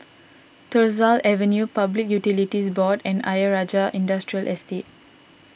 Tyersall Avenue Public Utilities Board and Ayer Rajah Industrial Estate